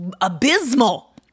abysmal